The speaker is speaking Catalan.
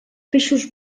peixos